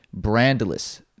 brandless